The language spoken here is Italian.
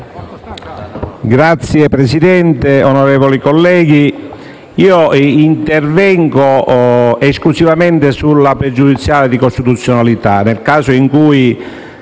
Signor Presidente, onorevoli colleghi, interverrò ora esclusivamente sulla pregiudiziale di costituzionalità; nel caso in cui